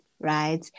right